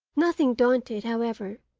nothing daunted, however,